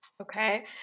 Okay